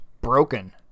broken